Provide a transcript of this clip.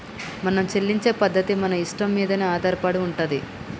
మనం చెల్లించే పద్ధతి మన ఇష్టం మీదనే ఆధారపడి ఉంటది